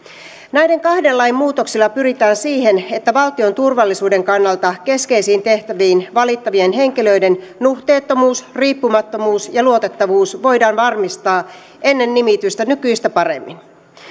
näiden kahden lain muutoksilla pyritään siihen että valtion turvallisuuden kannalta keskeisiin tehtäviin valittavien henkilöiden nuhteettomuus riippumattomuus ja luotettavuus voidaan varmistaa ennen nimitystä nykyistä paremmin